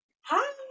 Hi